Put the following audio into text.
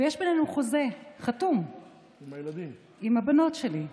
ויש בינינו חוזה חתום, עם הבנות שלי,